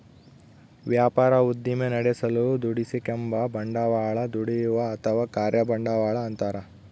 ವ್ಯಾಪಾರ ಉದ್ದಿಮೆ ನಡೆಸಲು ದುಡಿಸಿಕೆಂಬ ಬಂಡವಾಳ ದುಡಿಯುವ ಅಥವಾ ಕಾರ್ಯ ಬಂಡವಾಳ ಅಂತಾರ